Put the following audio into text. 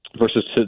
versus